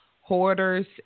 Hoarders